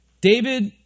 David